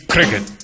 Cricket